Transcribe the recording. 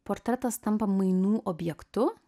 portretas tampa mainų objektu